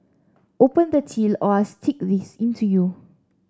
open the till or I'll stick this into you